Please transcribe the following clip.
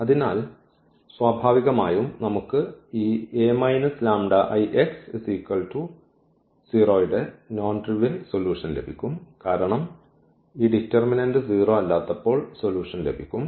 അതിനാൽ സ്വാഭാവികമായും നമുക്ക് ഈ ന്റെ നോൺ ട്രിവിയൽ സൊല്യൂഷൻ ലഭിക്കും കാരണം ഈ ഡിറ്റർമിനന്റ് 0 അല്ലാത്തപ്പോൾ സൊല്യൂഷൻ ലഭിക്കും